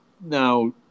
Now